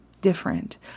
different